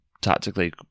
tactically